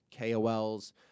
KOLs